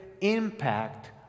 impact